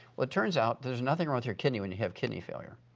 it turns out there's nothing wrong with your kidney when you have kidney failure.